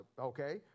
okay